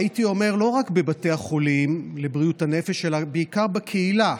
הייתי אומר לא רק בבתי החולים לבריאות הנפש אלא בעיקר בקהילה.